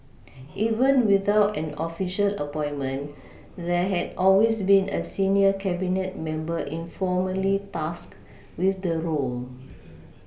even without an official appointment there had always been a senior Cabinet member informally tasked with the role